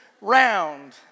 round